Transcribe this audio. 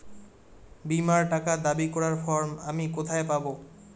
বীমার টাকা দাবি করার ফর্ম আমি কোথায় পাব?